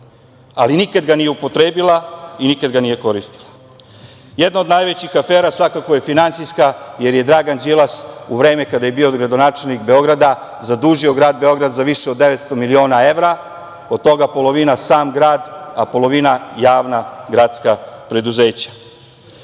ali nikada ga nije upotrebila i nikada ga nije koristila. Jedna od najvećih afera svakako je finansijska, jer je Dragan Đilas u vreme kada je bio gradonačelnik Beograda zadužio grad Beograd za više od 900 miliona evra, od toga polovina sam grad, a polovina javna gradska preduzeća. Da